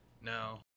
No